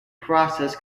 process